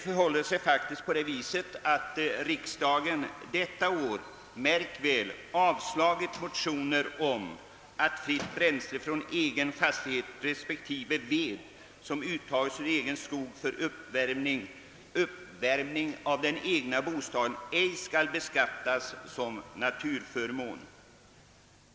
Riksdagen har emellertid tidigare i år avslagit motioner om att fritt bränsle från egen fastighet, respektive ved som uttages ur egen skog för uppvärmning av den egna bostaden, ej skulle beskattas som naturaförmån.